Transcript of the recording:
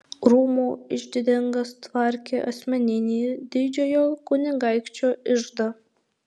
rūmų iždininkas tvarkė asmeninį didžiojo kunigaikščio iždą